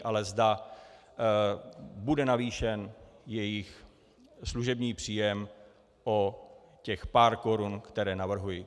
Ale zda bude navýšen jejich služební příjem o těch pár korun, které navrhuji.